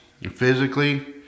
Physically